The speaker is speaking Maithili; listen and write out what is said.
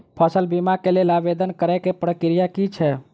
फसल बीमा केँ लेल आवेदन करै केँ प्रक्रिया की छै?